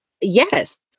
yes